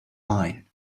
line